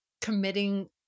committing